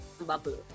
bubble